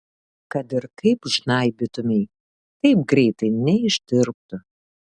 kad ir kaip žnaibytumei taip greitai neištirptų